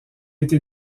été